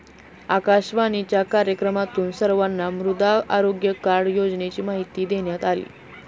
आकाशवाणीच्या कार्यक्रमातून सर्वांना मृदा आरोग्य कार्ड योजनेची माहिती देण्यात आली